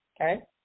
okay